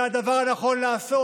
זה הדבר הנכון לעשות.